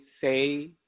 say